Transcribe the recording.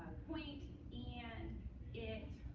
point, and it